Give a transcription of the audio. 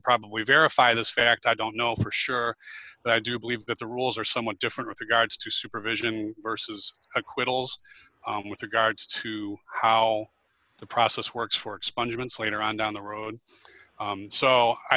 probably verify this fact i don't know for sure but i do believe that the rules are somewhat different with regards to supervision versus acquittals with regards to how the process works for expungement later on down the road so i